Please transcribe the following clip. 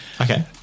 Okay